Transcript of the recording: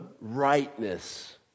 rightness